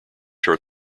their